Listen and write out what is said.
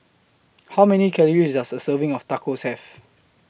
How Many Calories Does A Serving of Tacos Have